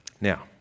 Now